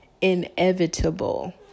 inevitable